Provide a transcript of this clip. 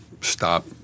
stop